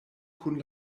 kun